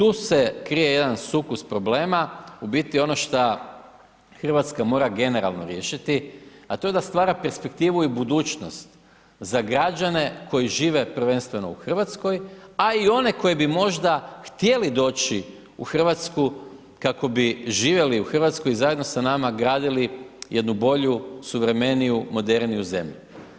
I tu se krije jedan sukus problema u biti ono šta Hrvatska mora generalno riješiti, a to je da stvara perspektivu i budućnost za građane koji žive prvenstveno u Hrvatskoj, a i one koji bi možda htjeli doći u Hrvatsku kako bi živjeli u Hrvatskoj i zajedno sa nama gradili jednu bolju, suvremeniju, moderniju zemlju.